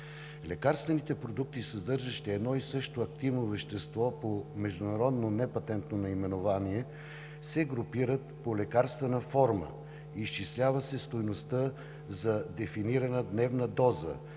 Лекарствените продукти, съдържащи едно и също активно вещество по международното непатентно наименование (INN), се групират по лекарствена форма, изчислява се стойността за дефинирана дневна доза